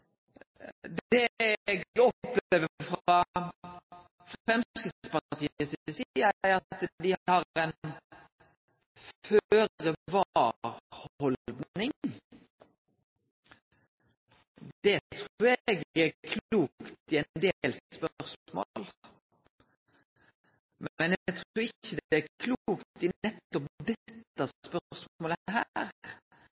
Det opplever eg òg at regjeringa gir tydelege signal om. Det eg opplever frå Framstegspartiet si side, er at dei har ei føre-var-haldning. Det trur eg er klokt i ein del spørsmål, men eg trur ikkje det er klokt i nettopp dette